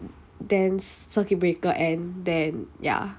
then circuit breaker end then ya